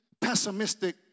pessimistic